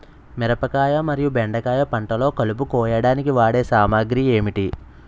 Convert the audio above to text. మిరపకాయ మరియు బెండకాయ పంటలో కలుపు కోయడానికి వాడే సామాగ్రి ఏమిటి?